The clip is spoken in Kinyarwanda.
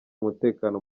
umutekano